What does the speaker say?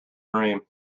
dream